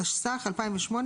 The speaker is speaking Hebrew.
התשס"ח- 2008,